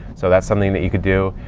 so that's something that you could do.